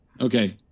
Okay